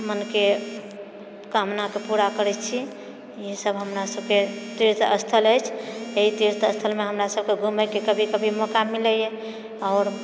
मनके कामना कऽ पूरा करैत छी ई सभ हमरा सभकेँ तीर्थस्थल अछि एहि तीर्थस्थलमे हमरा सभके घुमए के कभी कभी मौका मिलैए आओर